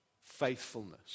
faithfulness